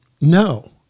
no